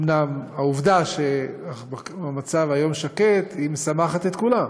אומנם העובדה שהמצב היום שקט משמחת את כולם,